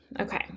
Okay